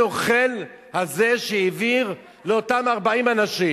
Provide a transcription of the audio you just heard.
הנוכל הזה שהעביר לאותם 40 אנשים?